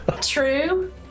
True